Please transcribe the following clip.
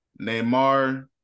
neymar